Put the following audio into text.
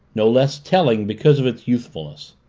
no less telling because of its youthfulness.